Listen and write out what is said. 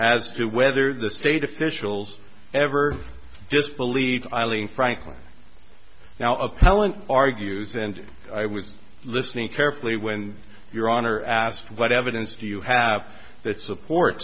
as to whether the state officials ever just believe eileen frankly now appellant argues and i was listening carefully when your honor asked what evidence do you have that support